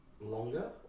longer